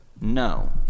No